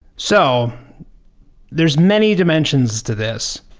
so there's many dimensions to this.